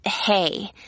hey